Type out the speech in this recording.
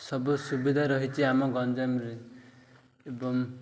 ସବୁ ସୁବିଧା ରହିଛି ଆମ ଗଞ୍ଜାମରେ ଏବଂ